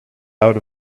out